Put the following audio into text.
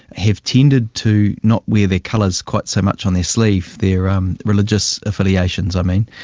have tended to not wear their colours quite so much on their sleeve, their um religious affiliations i mean.